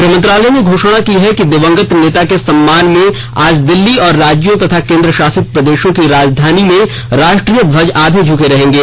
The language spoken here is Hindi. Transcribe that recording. गृहमंत्रालय ने घोषणा की है कि दिवंगत नेता के सम्मान में आज दिल्ली और राज्यों तथा केन्द्र शासित प्रदेशों की राजधानी में राष्ट्रीय ध्वज आधे झुके रहेंगे